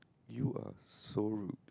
you are so rude